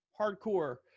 hardcore